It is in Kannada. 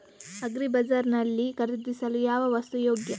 ಅಗ್ರಿ ಬಜಾರ್ ನಲ್ಲಿ ಖರೀದಿಸಲು ಯಾವ ವಸ್ತು ಯೋಗ್ಯ?